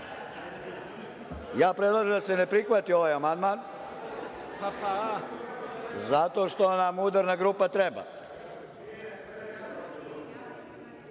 ja predlažem da se ne prihvati ovaj amandman zato što nam udarna grupa treba.